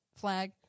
flag